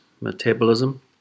metabolism